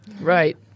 Right